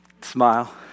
Smile